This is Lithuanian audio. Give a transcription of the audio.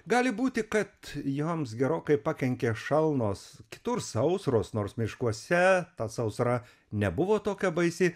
gali būti kad joms gerokai pakenkė šalnos kitur sausros nors miškuose ta sausra nebuvo tokia baisi